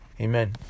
Amen